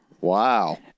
Wow